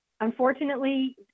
Unfortunately